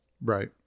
Right